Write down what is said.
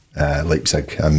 Leipzig